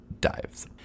dives